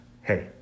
Hey